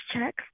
checks